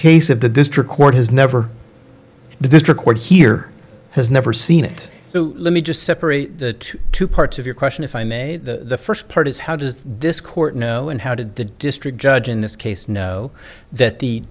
case of the district court has never the district court here has never seen it let me just separate the two parts of your question if i may the first part is how does this court know and how did the district judge in this case know that the